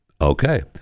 okay